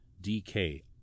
DK